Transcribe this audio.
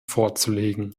vorzulegen